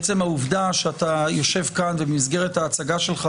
עצם העובדה שאתה יושב כאן במסגרת ההצגה שלך,